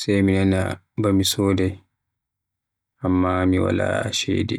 sai mi naana ba mi soda, Amma mi wala ceede.